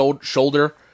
shoulder